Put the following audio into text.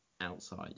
outside